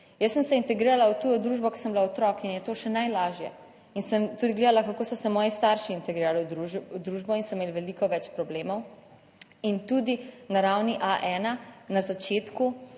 Jaz sem se integrirala v tujo družbo, ko sem bila otrok in je to še najlažje in sem tudi gledala, kako so se moji starši integrirali v družbo in so imeli veliko več problemov in tudi na ravni A1, na začetku,